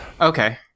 Okay